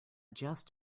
just